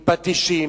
עם פטישים,